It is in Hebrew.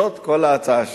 זאת כל ההצעה שלי.